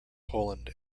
poland